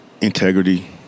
Integrity